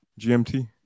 GMT